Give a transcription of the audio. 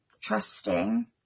trusting